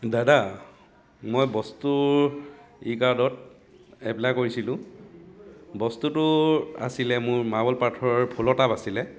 দাদা মই বস্তুৰ ই কাৰ্টত এপ্লাই কৰিছিলোঁ বস্তুটো আছিলে মোৰ মাৰ্বল পাথৰৰ ফুলৰ টাব আছিলে